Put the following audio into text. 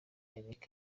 inyandiko